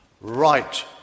right